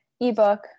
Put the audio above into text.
ebook